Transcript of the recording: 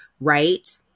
right